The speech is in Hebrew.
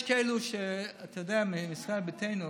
אתה יודע, יש כאלה מישראל ביתנו